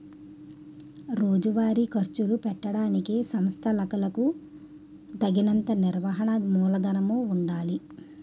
రోజువారీ ఖర్చులు పెట్టడానికి సంస్థలకులకు తగినంత నిర్వహణ మూలధనము ఉండాలి